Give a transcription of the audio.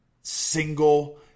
single